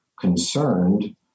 concerned